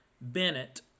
Bennett